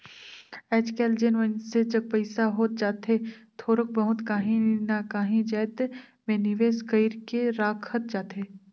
आएज काएल जेन मइनसे जग पइसा होत जाथे थोरोक बहुत काहीं ना काहीं जाएत में निवेस कइर के राखत जाथे